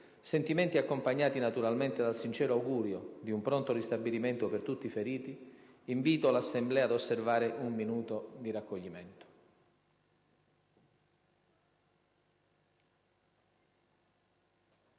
sentimenti accompagnati naturalmente dal sincero augurio di un pronto ristabilimento per tutti i feriti, invito l'Assemblea ad osservare un minuto di raccoglimento.